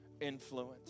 influence